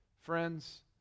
Friends